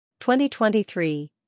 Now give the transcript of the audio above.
2023